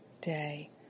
day